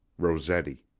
rossetti.